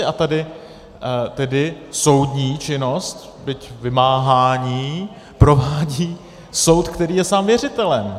A tady tedy soudní činnost, byť vymáhání, provádí soud, který je sám věřitelem.